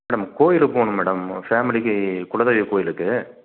madam கோயிலுக்குப் போகனும் madam பேமிலிக்கு குலதெய்வக் கோயிலுக்கு